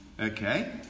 Okay